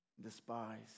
despised